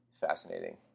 fascinating